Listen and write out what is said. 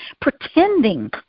pretending